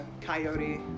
coyote